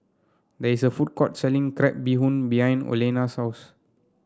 there is a food court selling Crab Bee Hoon behind Olena's souse